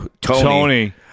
Tony